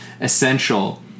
essential